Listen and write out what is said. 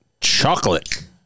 Chocolate